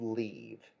leave